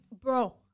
bro